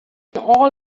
all